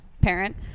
parent